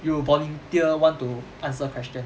you volunteer want to answer question